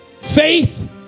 Faith